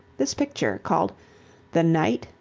this picture, called the knight,